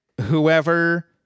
whoever